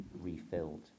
Refilled